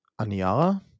Aniara